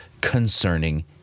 concerning